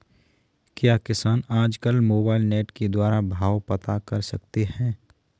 क्या किसान आज कल मोबाइल नेट के द्वारा भाव पता कर सकते हैं?